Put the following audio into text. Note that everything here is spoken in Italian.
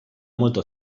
molto